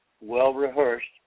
well-rehearsed